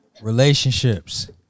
Relationships